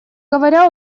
говоря